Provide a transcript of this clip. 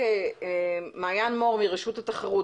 מעיין מור, רשות התחרות.